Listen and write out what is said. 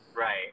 Right